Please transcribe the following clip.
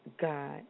God